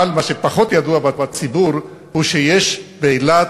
אבל מה שפחות ידוע בציבור הוא שיש באילת